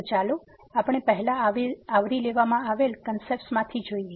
તો ચાલો આપણે પહેલા આવરી લેવામાં આવેલ કન્સેપ્ટ માંથી જોઈએ